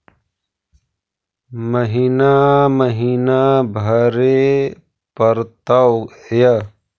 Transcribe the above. महिना महिना भरे परतैय?